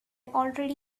already